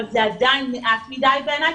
אבל זה עדיין מעט מדי בעיניי,